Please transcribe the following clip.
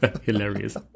Hilarious